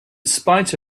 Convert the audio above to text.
spite